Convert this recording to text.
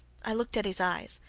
i looked at his eyes.